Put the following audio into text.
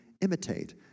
imitate